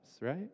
right